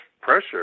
pressure